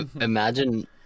imagine